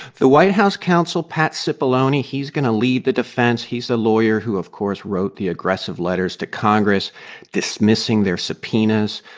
the white house counsel pat cipollone, he's going to lead the defense. he's the lawyer who, of course, wrote the aggressive letters to congress dismissing their subpoenas.